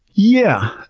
yeah,